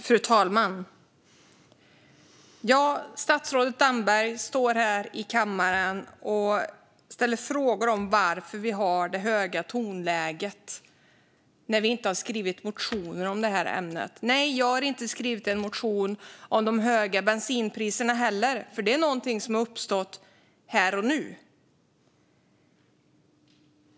Fru talman! Statsrådet Damberg står här i kammaren och ställer frågor om varför vi har ett så högt tonläge när vi inte har skrivit motioner om detta ämne. Nej, jag har inte heller skrivit någon motion om de höga bensinpriserna, för detta är någonting som har uppstått här och nu.